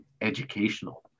educational